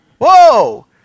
Whoa